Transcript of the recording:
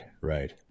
right